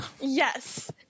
Yes